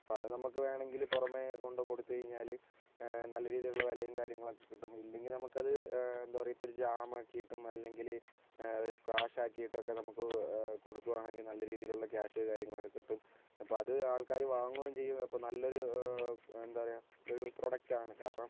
ഇപ്പം അത് നമുക്ക് വേണമെങ്കിൽ പുറമെ കൊണ്ട് കൊടുത്ത് കഴിഞ്ഞാൽ നല്ല രീതിയിലുള്ള വിലയും കാര്യങ്ങളുമൊക്കെ കിട്ടും ഇല്ലെങ്കിൽ നമുക്കത് എന്താ പറയുക ഇപ്പോളൊരു ജാമാക്കിയിട്ടും അല്ലെങ്കിൽ ഒരു സ്ക്വാഷ് ആക്കിയിട്ടൊക്കെ നമുക്ക് കൊടുക്കുകയാണെങ്കിൽ നല്ല രീതിയിലുള്ള ക്യാഷ് കാര്യങ്ങളൊക്കെ കിട്ടും അപ്പം അത് ആൾക്കാർ വാങ്ങുകയും ചെയ്യും അപ്പം നല്ലൊരു എന്താ പറയുക ഒരു പ്രൊഡക്റ്റാണ് കാരണം